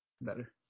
better